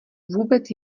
vůbec